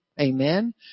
Amen